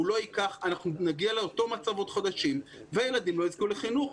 אנחנו נגיע לאותו מצב עוד חודשים וילדים לא יזכו לחינוך.